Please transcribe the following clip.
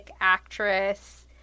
actress